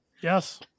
yes